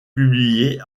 publié